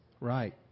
right